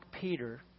Peter